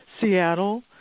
Seattle